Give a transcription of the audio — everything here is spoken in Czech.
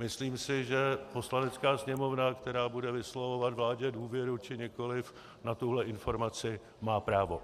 Myslím si, že Poslanecká sněmovna, která bude vyslovovat vládě důvěru, či nikoliv, má na tuhle informaci právo.